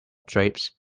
drapes